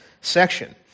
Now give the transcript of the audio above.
section